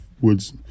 woods